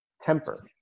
temper